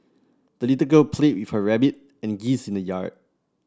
the little girl played with her rabbit and geese in the yard